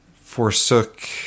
forsook